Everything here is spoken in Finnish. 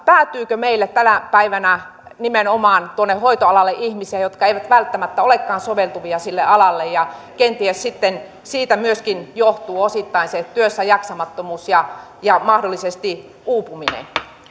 päätyykö meille tänä päivänä nimenomaan hoitoalalle ihmisiä jotka eivät välttämättä olekaan soveltuvia sille alalle kenties siitä myöskin johtuu osittain se työssä jaksamattomuus ja ja mahdollisesti uupuminen